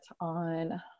on